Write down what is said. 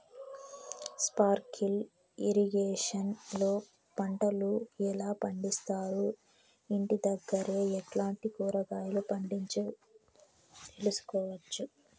Sprinkle irrigation లో పంటలు ఎలా పండిస్తారు, ఇంటి దగ్గరే ఎట్లాంటి కూరగాయలు పండించు తెలుసుకోవచ్చు?